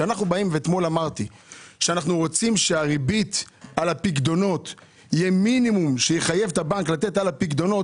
אנחנו רוצים שיהיה מינימום של ריבית שהבנק יהיה חייב לתת על פיקדונות.